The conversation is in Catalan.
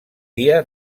dia